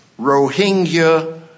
Rohingya